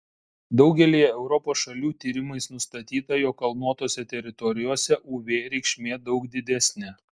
daugelyje europos šalių tyrimais nustatyta jog kalnuotose teritorijose uv reikšmė daug didesnė